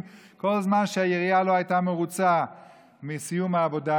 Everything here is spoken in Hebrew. כל הזמן שהעירייה לא הייתה מרוצה מסיום העבודה,